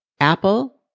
Apple